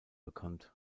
bekannt